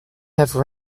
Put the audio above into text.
have